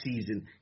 season